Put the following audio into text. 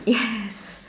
yes